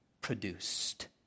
produced